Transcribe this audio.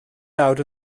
lawr